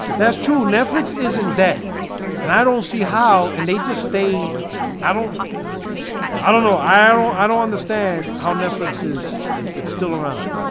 that's true netflix. isn't that and i don't see how and they just stay i don't i don't know. i don't ah i don't understand how netflix is still around.